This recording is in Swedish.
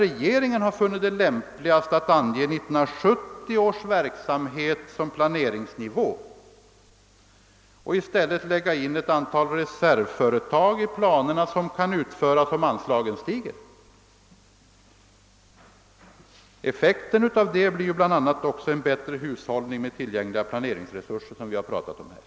Regeringen har funnit det lämpligast att ange 1970 års verksamhet som planeringsnivå och i stället lägga in ett antal reservföretag i planerna som kan utföras om anslaget stiger. Effekten av detta blir bl.a. också en bättre hushållning med tillgängliga planeringsresurser, vilket vi har talat om här.